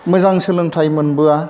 मोजां सोलोंथाइ मोनबोया